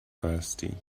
thirsty